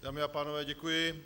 Dámy a pánové, děkuji.